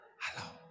Hello